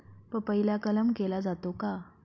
पपईला कलम केला जातो का?